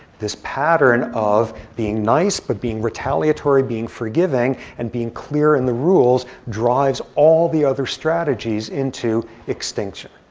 this pattern of being nice, but being retaliatory, being forgiving, and being clear in the rules, drives all the other strategies into extinction.